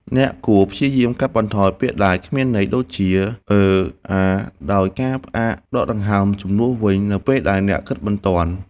អ្នកគួរព្យាយាមកាត់បន្ថយពាក្យដែលគ្មានន័យដូចជា "អឺ... អា..." ដោយការផ្អាកដកដង្ហើមជំនួសវិញនៅពេលដែលអ្នកគិតមិនទាន់។